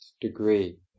degree